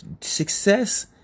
success